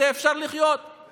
זה יום לחשבון נפש פרטי,